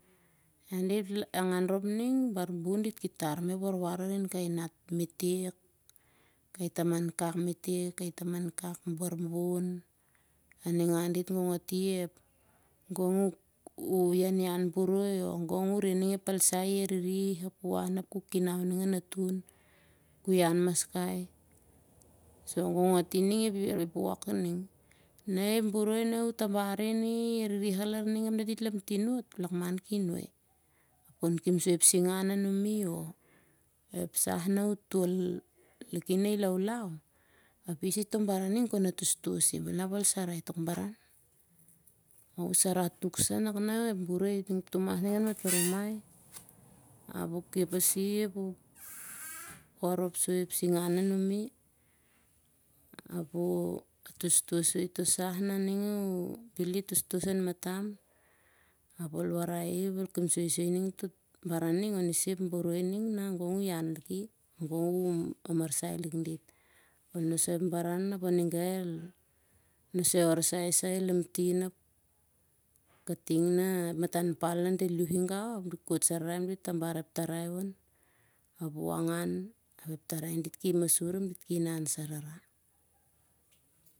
Nah dit angan rop ning bar bun dit ki tar mah ep warwar arin kai nanat metek. Kai taman kak metek bar bun. Gong ati ep ianian boroi oh kinau boroi ap kku ian maskai gong ati ep toltol ning. Ep boroi uh tabari kon wok kastam oh ep sah na uh tol i na i laulau ap isah ep boroi kon atostos i. Bel ol sarai tok baran mah uh sarah tok sah lar ep boroi aning han matarumai. Ap uh atostos toh sah nah bel i tostos an matam. Ap ol kep soi ep mamat on isah ep boroi ning na gong uh ian liki, gong uh amarsai dit. Nosoi ep baran ap ol nosoi orsai aningau el lamtin. Kating na ep matan dal di iauh i gau ap di kot sarara ap di tabar ep tarai. Ap uh angan ap kai tarai dit ki masur ap dit ki inan sarara.